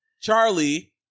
Charlie